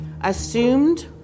assumed